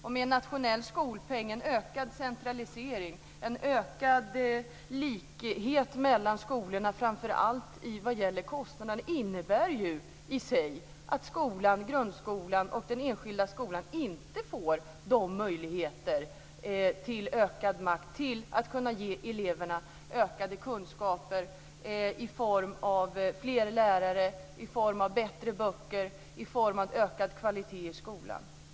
Och en nationell skolpeng, en ökad centralisering och en ökad likhet mellan skolorna, framför allt vad gäller kostnaderna, innebär ju i sig att skolan, grundskolan och den enskilda skolan, inte får möjlighet till ökad makt. Man får inte möjlighet att ge eleverna ökade kunskaper i form av fler lärare, i form av bättre böcker, i form av ökad kvalitet i skolan.